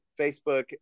Facebook